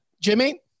jimmy